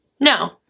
No